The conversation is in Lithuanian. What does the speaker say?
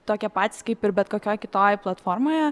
tokie patys kaip ir bet kokioj kitoj platformoje